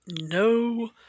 no